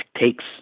takes